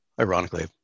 ironically